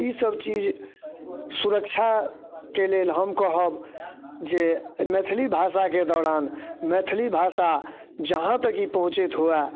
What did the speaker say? ई सब चीज सुरक्षाके लेल हम कहब जे मैथिली भाषाके दौरान मैथिली भाषा जहाँ तक ई पहुँचैत हुअ